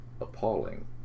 appalling